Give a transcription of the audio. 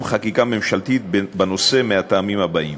חקיקה ממשלתית בנושא מהטעמים הבאים: